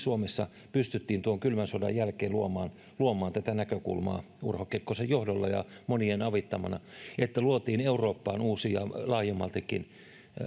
suomessa pystyttiin tuhatyhdeksänsataaseitsemänkymmentäviisi tuon kylmän sodan jälkeen luomaan luomaan tätä näkökulmaa urho kekkosen johdolla ja monien avittamana kun luotiin eurooppaan ja laajemmaltikin uusi